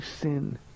sin